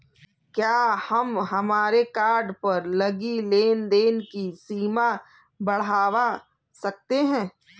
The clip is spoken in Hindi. क्या हम हमारे कार्ड पर लगी लेन देन की सीमा बढ़ावा सकते हैं?